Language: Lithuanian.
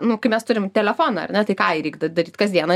nu kai mes turim telefoną ar ne tai ką jį reik daryt kasdieną